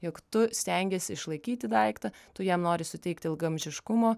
jog tu stengiesi išlaikyti daiktą tu jam nori suteikt ilgaamžiškumo